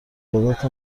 قدرت